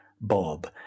Bob